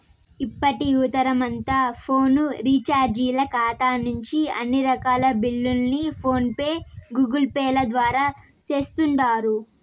ఇప్పటి యువతరమంతా ఫోను రీచార్జీల కాతా నుంచి అన్ని రకాల బిల్లుల్ని ఫోన్ పే, గూగుల్పేల ద్వారా సేస్తుండారు